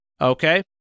Okay